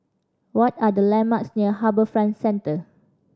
what are the landmarks near HarbourFront Centre